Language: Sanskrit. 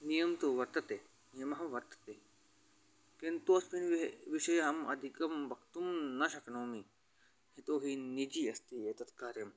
नियमः तु वर्तते नियमः वर्तते किन्तु अस्मिन् वा विषये अहम् अधिकं वक्तुं न शक्नोमि यतो हि निजी अस्ति एतत् कार्यं